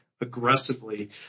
aggressively